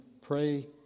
pray